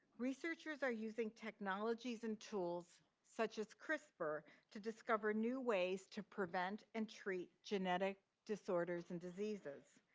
researchers are using technologies and tools such as crispr to discover new ways to prevent and treat genetic disorders and diseases.